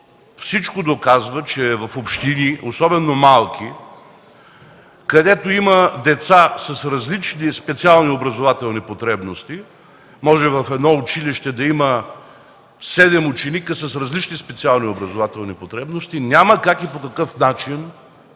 всичко доказва, че в общини, особено малки, където има деца с различни специални образователни потребности (може в едно училище да има 7 ученика с различни специални образователни потребности), няма как и по какъв начин